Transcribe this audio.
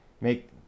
make